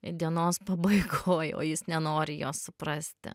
dienos pabaigoj o jis nenori jos suprasti